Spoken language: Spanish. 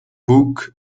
book